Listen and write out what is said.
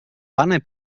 pane